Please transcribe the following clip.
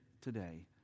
today